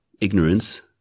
ignorance